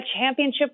championship